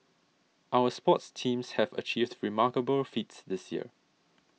our sports teams have achieved remarkable feats this year